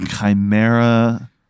Chimera